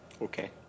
Okay